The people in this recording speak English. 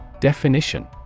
Definition